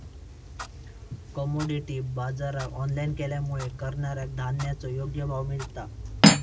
commodity बाजराक online केल्यामुळे करणाऱ्याक धान्याचो योग्य भाव मिळता